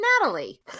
Natalie